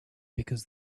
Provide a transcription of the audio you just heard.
because